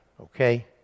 okay